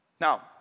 Now